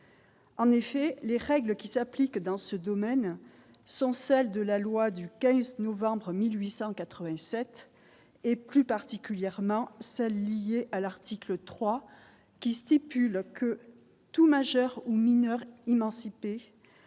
En effet, les règles qui s'appliquent dans ce domaine sont celles de la loi du 15 novembre 1897 et plus particulièrement celles liées à l'article 3 qui stipule que tout majeurs ou mineurs immense